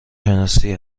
شناسی